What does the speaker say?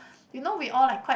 you know we all like quite